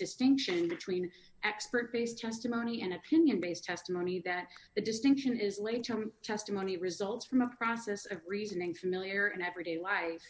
distinction between expert based testimony and opinion based testimony that the distinction is late term testimony results from a process of reasoning familiar in everyday life